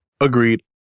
agreed